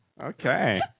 Okay